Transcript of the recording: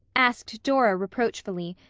asked dora reproachfully,